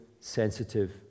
sensitive